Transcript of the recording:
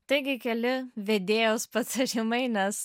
taigi keli vedėjos patarimai nes